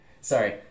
Sorry